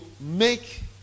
make